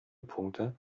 punkte